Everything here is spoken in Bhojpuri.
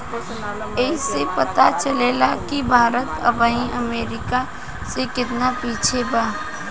ऐइसे पता चलेला कि भारत अबही अमेरीका से केतना पिछे बा